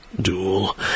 Duel